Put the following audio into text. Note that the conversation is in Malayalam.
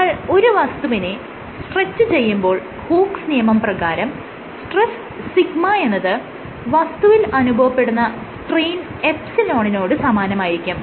നമ്മൾ ഒരു വസ്തുവിനെ സ്ട്രെച് ചെയ്യുമ്പോൾ ഹൂക്സ് നിയമം പ്രകാരം സ്ട്രെസ് σ എന്നത് വസ്തുവിൽ അനുഭവപ്പെടുന്ന സ്ട്രെയിൻ ε നോട് സമാനമായിരിക്കും